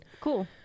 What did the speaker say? Cool